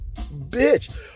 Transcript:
Bitch